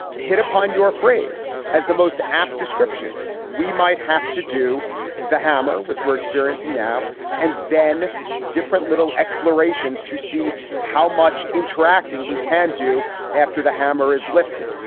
hit upon your phrase as the most apt description we might have to do the hammer, which we're experiencing now and then different little explorations to see how much interacting we can do after the hammer is lifted.